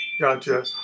Gotcha